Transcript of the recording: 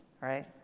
Right